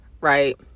right